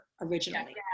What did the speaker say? originally